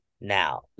now